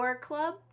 Club